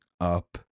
up